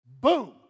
Boom